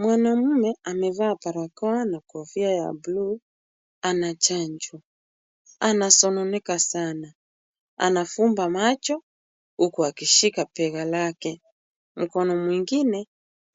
Mwanamme amevaa barakoa na kofia ya blue (cs) anachanjwa ,anasononeka sana anafumba macho huku akishika bega lake ,mkono mwingine